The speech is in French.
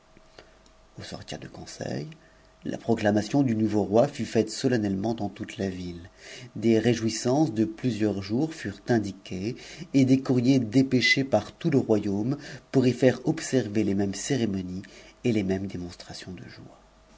au sortir du conseil la proclamation du nouveau roi fut faite solennellement dans toute la ville des réjouissances de plusieurs jours furm indiquées et des courriers dépêchés par tout le royaume pour y tahr observer les mêmes cérémonies et les mêmes démonstrations de joie